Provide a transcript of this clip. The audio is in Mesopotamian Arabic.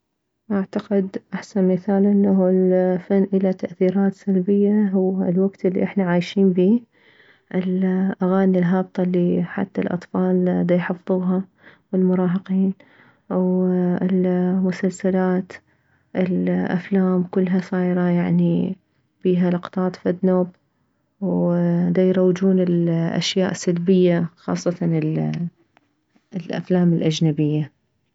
اعتقد احسن مثال انه الفن اله تاثيرات سلبية هو الوكت الي احنا عايشين بيه الاغاني الهابطة الي حتى الاطفال ديحفظوها والمراهقين والمسلسلات الافلام كلها صايرة يعني بيها لقطات فدنوب وديروجون لاشياء سلبية خاصة الافلام الاجنبية